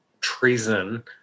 treason